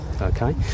Okay